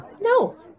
No